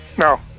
No